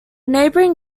neighbouring